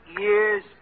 years